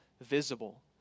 visible